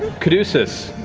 caduceus.